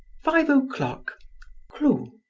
five o'clock clo.